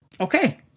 Okay